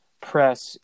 press